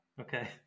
Okay